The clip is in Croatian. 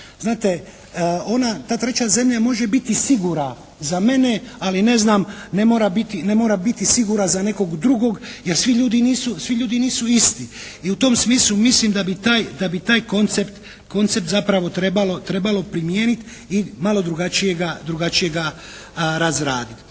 ona, ta treća zemlja može biti sigurna za mene, ali ne znam, ne mora biti sigurna za nekog drugog. Jer svi ljudi nisu isti. I u tom smislu mislim da bi taj koncept zapravo trebalo primijeniti i malo drugačije ga razraditi.